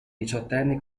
diciottenne